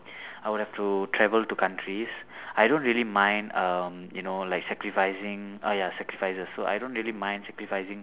I would have to travel to countries I don't really mind um you know like sacrificing uh ya sacrifices so I don't really mind sacrificing